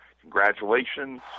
Congratulations